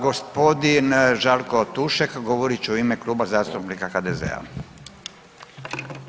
Gospodin Žarko Tušek govorit će u ime Kluba zastupnika HDZ-a.